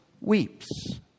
weeps